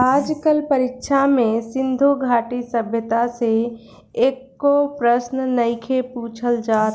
आज कल परीक्षा में सिन्धु घाटी सभ्यता से एको प्रशन नइखे पुछल जात